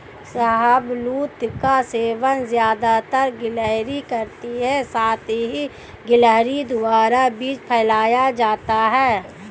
शाहबलूत का सेवन ज़्यादातर गिलहरी करती है साथ ही गिलहरी द्वारा बीज फैलाया जाता है